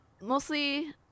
Mostly